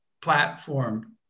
platform